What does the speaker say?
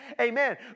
amen